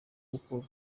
uko